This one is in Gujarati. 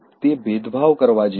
તે ભેદભાવ કરવા જેવુ છે